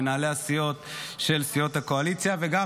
מנהלי הסיעות של סיעות הקואליציה וגם